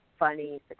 funny